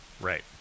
right